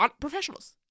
professionals